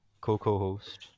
co-co-host